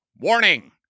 warning